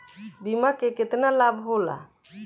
बीमा के केतना लाभ होला?